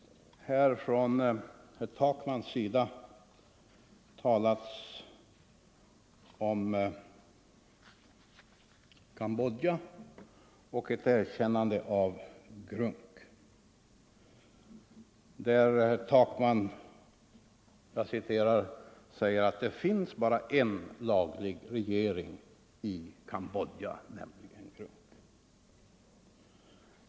Herr Takman har talat om ett erkännande av GRUNC och säger att det är den enda lagliga regeringen i Cambodja.